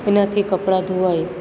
એનાથી કપડાં ધોવાય